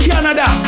Canada